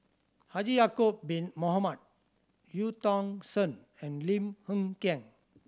Haji Ya'acob Bin Mohamed Eu Tong Sen and Lim Hng Kiang